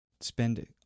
spend